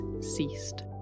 ceased